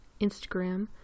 Instagram